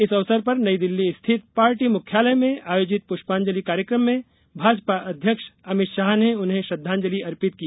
इस अवसर पर नई दिल्ली स्थित पार्टी मुख्यालय में आयोजित पुष्पांजलि कार्यकम में भाजपा अध्यक्ष अमित शाह ने उन्हें श्रद्वांजलि अर्पित की